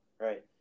right